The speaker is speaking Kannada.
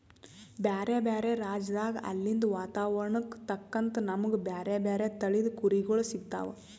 ಬ್ಯಾರೆ ಬ್ಯಾರೆ ರಾಜ್ಯದಾಗ್ ಅಲ್ಲಿಂದ್ ವಾತಾವರಣಕ್ಕ್ ತಕ್ಕಂಗ್ ನಮ್ಗ್ ಬ್ಯಾರೆ ಬ್ಯಾರೆ ತಳಿದ್ ಕುರಿಗೊಳ್ ಸಿಗ್ತಾವ್